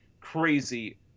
crazy